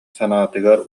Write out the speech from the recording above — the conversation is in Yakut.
санаатыгар